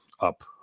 up